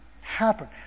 happen